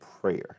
prayer